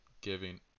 giving